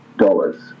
Dollars